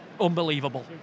Unbelievable